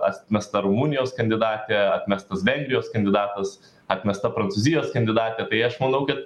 atmesta rumunijos kandidatė atmestas vengrijos kandidatas atmesta prancūzijos kandidatė tai aš manau kad